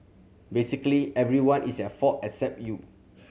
basically everyone is at fault except you